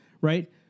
right